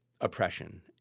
oppression